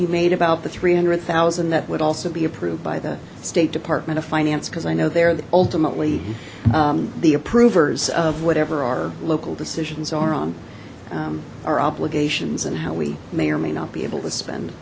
be made about the three hundred thousand that would also be approved by the state department of finance because i know they're ultimately the approvers of whatever our local decisions are on our obligations and how we may or may not be able to spend